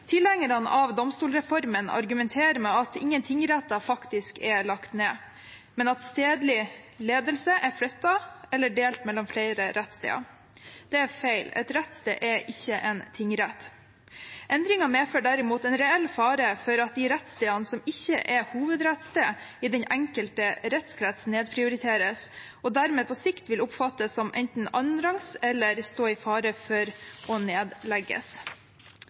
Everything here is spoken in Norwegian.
Tilhengerne av domstolsreformen argumenterer med at ingen tingretter faktisk er lagt ned, men at stedlig ledelse er flyttet eller delt mellom flere rettssteder. Det er feil. Et rettssted er ikke en tingrett. Endringen medfører derimot en reell fare for at de rettsstedene som ikke er hovedrettssted i den enkelte rettskretsen, nedprioriteres og vil dermed på sikt enten oppfattes som annenrangs eller stå i fare for å nedlegges.